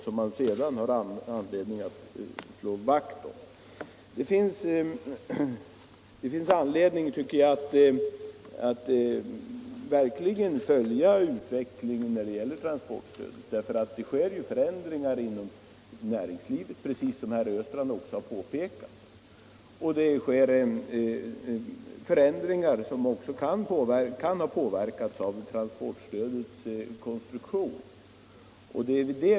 Jag tycker att man har anledning att följa utvecklingen av transportstödet. Det sker, som också herr Östrand har påpekat, förändringar inom näringslivet. En del av dessa förändringar kan bero på transportstödets konstruktion.